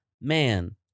man